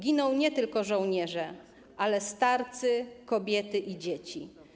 Giną nie tylko żołnierze, ale i starcy, kobiety, dzieci.